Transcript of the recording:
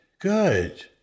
good